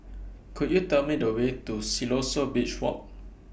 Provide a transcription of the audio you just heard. Could YOU Tell Me The Way to Siloso Beach Walk